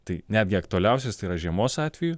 tai netgi aktualiausias tai yra žiemos atveju